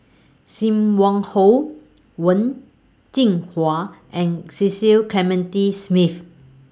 SIM Wong Hoo Wen Jinhua and Cecil Clementi Smith